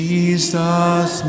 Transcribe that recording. Jesus